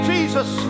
Jesus